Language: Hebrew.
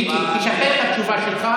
מיקי, תשחרר את התשובה שלך.